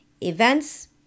events